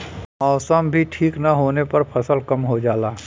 मौसम भी ठीक न होले पर फसल कम हो जाला